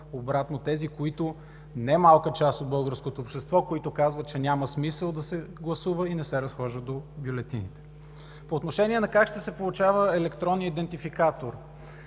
обратно не малка част от българското общество, които казват, че няма смисъл да се гласува и не се разхождат до бюлетините. По отношение на това как ще се получава електронният идентификатор.